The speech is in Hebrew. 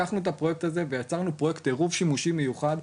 לקחנו את הפרויקט הזה ויצרנו פרויקט עירוב שימושים מיוחד,